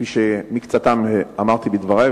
שאת מקצתם אמרתי בדברי,